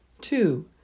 Two